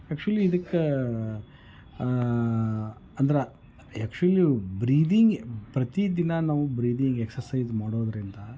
actually ಇದಕ್ಕೆ ಅಂದ್ರೆ actually breathing ಪ್ರತಿ ದಿನ ನಾವು ಬ್ರೀದಿಂಗ್ ಎಕ್ಸಸೈಜ್ ಮಾಡೋದರಿಂದ